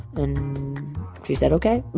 and she said ok.